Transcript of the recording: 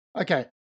Okay